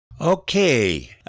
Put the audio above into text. Okay